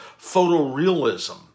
photorealism